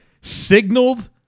signaled